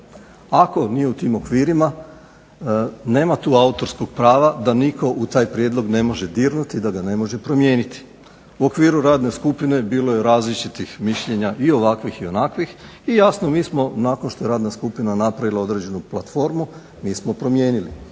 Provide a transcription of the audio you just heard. Ako nije u tim okvirima nema tu autorskog prava da nitko u taj prijedlog ne može dirnuti da ga ne može promijeniti. U okviru radne skupine bilo je različitih mišljenja i ovakvih i onakvih i jasno mi smo nakon što je radna skupina napravila određenu platformu mi smo promijenili